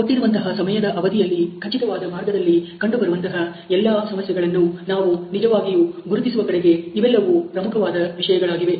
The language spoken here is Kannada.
ಕೊಟ್ಟಿರುವಂತಹ ಸಮಯದ ಅವಧಿಯಲ್ಲಿ ಖಚಿತವಾದ ಮಾರ್ಗದಲ್ಲಿ ಕಂಡುಬರುವಂತಹ ಎಲ್ಲಾ ಸಮಸ್ಯೆಗಳನ್ನು ನಾವು ನಿಜವಾಗಿಯೂ ಗುರುತಿಸುವ ಕಡೆಗೆ ಇವೆಲ್ಲವೂ ಪ್ರಮುಖವಾದ ವಿಷಯಗಳಾಗಿವೆ